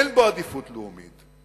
אין בו עדיפות לאומית.